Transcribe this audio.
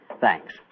Thanks